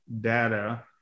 data